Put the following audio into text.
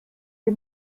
des